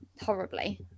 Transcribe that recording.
horribly